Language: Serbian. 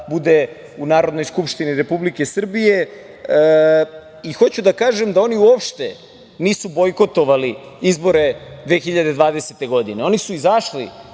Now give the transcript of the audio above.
bude u Narodnoj skupštini Republike Srbije. Hoću da kažem da oni uopšte nisu bojkotovali izbore 2020. godine. Oni su izašli